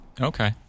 Okay